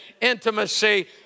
intimacy